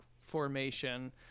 formation